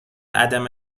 عدم